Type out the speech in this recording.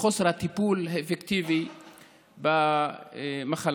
וחוסר הטיפול האפקטיבי במחלה.